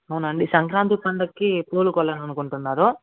అవునా అండి సంక్రాంతి పండక్కి పూలు కొనాలనుకుంటున్నారు